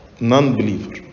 non-believer